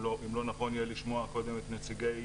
אם לא נכון יהיה לשמוע קודם את נציגי